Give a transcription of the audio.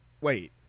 wait